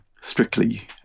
Strictly